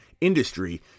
industry